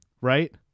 Right